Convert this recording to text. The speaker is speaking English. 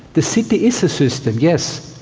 the city is a system, yes,